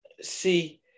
See